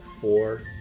four